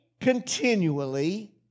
continually